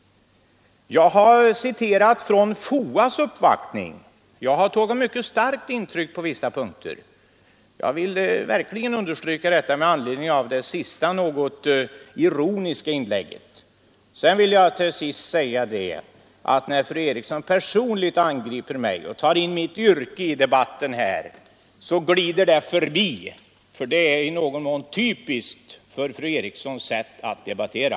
Jag har citerat från FOA :s uppvaktning, och jag har tagit mycket starkt intryck på flera punkter. Jag vill verkligen understryka detta med anledning av det sista, något ironiska inlägget. Till sist vill jag säga, att när fru Eriksson angriper mig personligen och drar in mitt yrke i debatten, så glider det förbi mig, för det är i någon mån typiskt för fru Erikssons sätt att debattera.